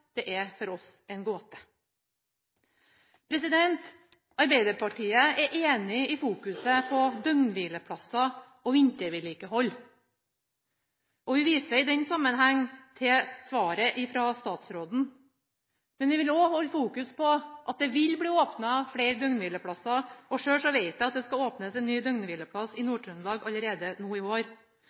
hverdag, er for oss en gåte. Arbeiderpartiet er enig i fokuset på døgnhvileplasser og vintervedlikehold, og vi viser i den sammenheng til svaret fra statsråden. Men vi vil også holde fokuset på at det vil bli åpnet flere døgnhvileplasser, og selv vet jeg at det skal åpnes en ny døgnhvileplass i Nord-Trøndelag allerede nå i